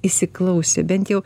įsiklausę bent jau